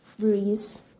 Breeze